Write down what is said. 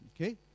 Okay